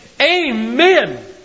Amen